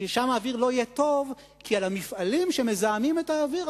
ששם האוויר לא יהיה טוב כי על המפעלים שמזהמים את האוויר,